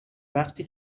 وقتی